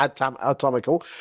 atomical